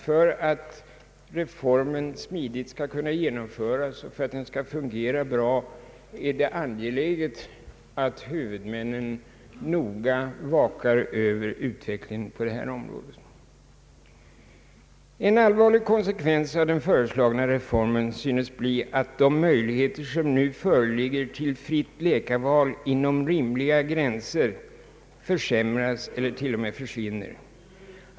För att reformen skall kunna genomföras smidigt och fungera bra är det angeläget att huvudmännen noga vakar över utvecklingen på detta område. En allvarlig konsekvens av den föreslagna reformen synes bli att de möjligheter som nu föreligger till fritt läkarval inom rimliga gränser försämras eller t.o.m. försvinner.